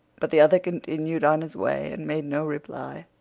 but the other continued on his way and made no reply.